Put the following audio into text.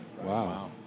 Wow